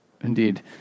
indeed